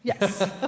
Yes